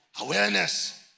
Awareness